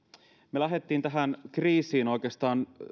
me lähdimme tähän kriisiin oikeastaan